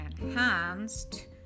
enhanced